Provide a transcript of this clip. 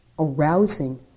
arousing